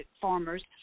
farmers